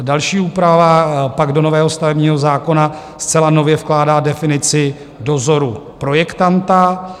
Další úprava pak do nového stavebního zákona zcela nově vkládá definici dozoru projektanta.